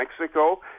Mexico